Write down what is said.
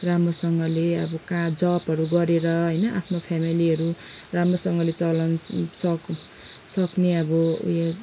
राम्रोसँगले अब कहाँ जबहरू गरेर होइन आफ्नो फ्यामेलीहरू राम्रोसँगले चलाउन सकु सक्ने अब ऊ यो